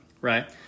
right